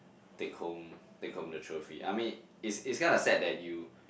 take home take home the trophy I mean it's it's kind of sad that you